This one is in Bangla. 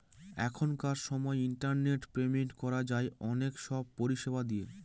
এখনকার সময় ইন্টারনেট পেমেন্ট করা যায় অনেক সব পরিষেবা দিয়ে